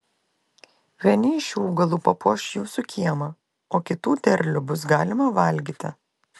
vieni iš šių augalų papuoš jūsų kiemą o kitų derlių bus galima valgyti